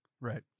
Right